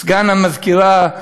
סגן המזכירה,